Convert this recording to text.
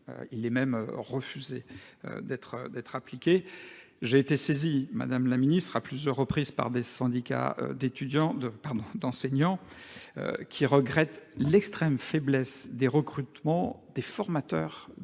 Il est même refusé d'être appliqué. J'ai été saisi, Madame la Ministre, à plusieurs reprises par des enseignants, qui regrettent l'extrême faiblesse des recrutements des formateurs